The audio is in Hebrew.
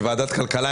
מוועדת כלכלה.